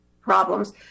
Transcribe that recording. problems